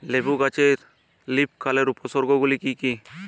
লেবু গাছে লীফকার্লের উপসর্গ গুলি কি কী?